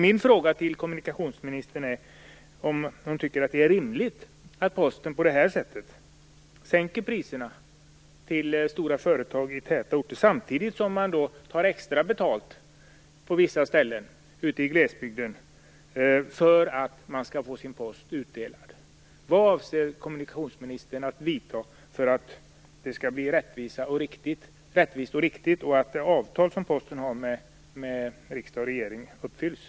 Tycker kommunikationsministern att det är rimligt att Posten på det här sättet sänker priserna vad gäller stora företag i tätorter, samtidigt som man tar extra betalt för postutdelningen på vissa ställen ute i glesbygden? Vilka åtgärder avser kommunikationsministern att vidta för att det här skall bli rättvist och riktigt och för att det avtal som Posten har med riksdag och regering skall uppfyllas?